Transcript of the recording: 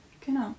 Genau